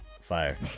fire